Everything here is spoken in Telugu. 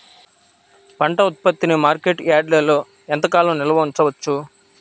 పంట ఉత్పత్తిని మార్కెట్ యార్డ్లలో ఎంతకాలం నిల్వ ఉంచవచ్చు?